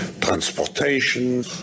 transportation